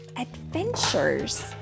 adventures